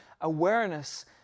awareness